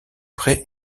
prêts